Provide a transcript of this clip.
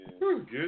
Good